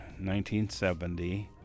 1970